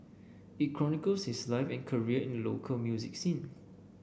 it chronicles his life and career in local music scene